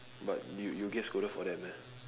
but you you get scolded for that meh